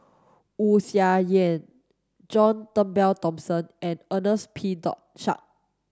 Wu Tsai Yen John Turnbull Thomson and Ernest P Shanks